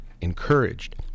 encouraged